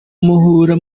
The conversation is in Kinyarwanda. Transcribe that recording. muhura